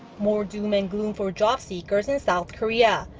more doom and gloom for jobseekers in south korea.